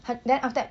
他 then after that